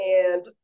and-